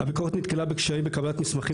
"הביקורת נתקלה בקשיים בקבלת מסמכים